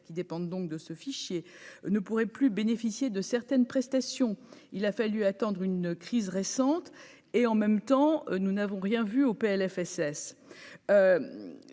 qui dépendent donc de ce fichier ne pourraient plus bénéficier de certaines prestations, il a fallu attendre une crise récente, et en même temps nous n'avons rien vu au PLFSS